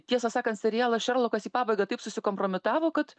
tiesą sakant serialas šerlokas į pabaigą taip susikompromitavo kad